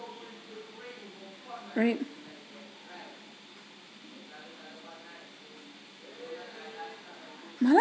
right !huh!